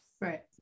Right